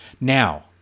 Now